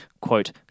quote